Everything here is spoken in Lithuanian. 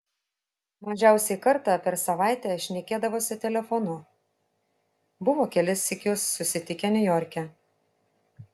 mažiausiai kartą per savaitę šnekėdavosi telefonu buvo kelis sykius susitikę niujorke